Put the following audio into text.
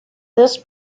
this